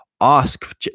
Ask